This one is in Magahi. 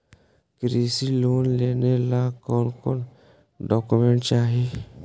कृषि लोन लेने ला कोन कोन डोकोमेंट चाही?